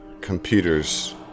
computers